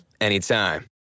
anytime